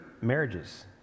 marriages